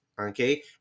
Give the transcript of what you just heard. okay